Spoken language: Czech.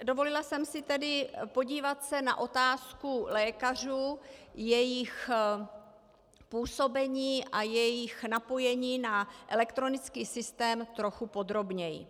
Dovolila jsem si tedy podívat se na otázku lékařů, jejich působení a jejich napojení na elektronický systém trochu podrobněji.